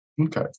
Okay